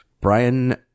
Brian